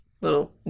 Little